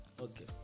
Okay